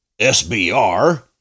SBR